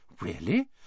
Really